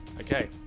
Okay